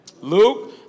Luke